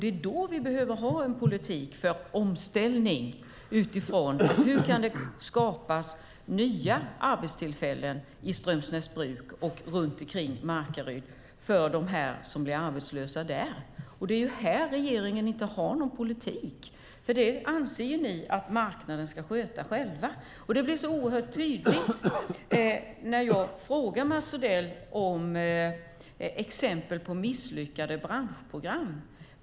Det är då vi behöver en politik för omställning utifrån hur nya arbetstillfällen kan skapas i Strömsnäsbruk och runt Markaryd för dem som där blir arbetslösa. Det är här ni i regeringen inte har någon politik. Ni anser ju att marknaden själv ska sköta sådant här. Det blir oerhört tydligt när jag frågar Mats Odell om exempel på misslyckade branschprogram.